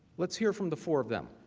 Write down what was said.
let's hear from the four of them.